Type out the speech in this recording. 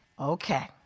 Okay